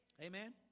Amen